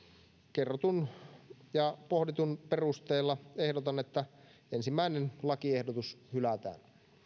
kerrotun ja pohditun perusteella ehdotan että ensimmäinen lakiehdotus hylätään